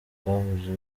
twahuje